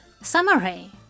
Summary